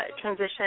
transition